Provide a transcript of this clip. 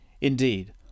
Indeed